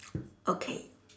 okay